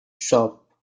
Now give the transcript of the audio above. shop